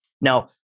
Now